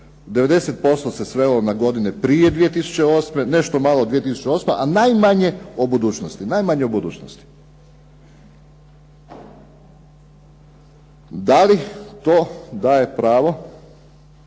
90% na godine prije 2008., nešto malo 2008., a najmanje o budućnosti. Da li to daje pravo